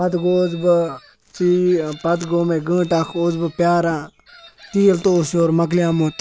پَتہٕ گوٚوُس بہٕ ژیر پَتہٕ گوٚو مےٚ گنٛٹہِ پَتہٕ اوسُس بہٕ پرٛاران تیٖل تہِ اوس یور مۅکلیٛومُت